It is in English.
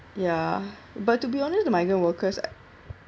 ya but to be honest the migrant workers